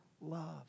love